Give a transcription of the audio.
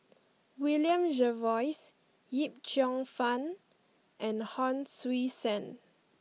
William Jervois Yip Cheong Fun and Hon Sui Sen